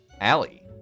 Allie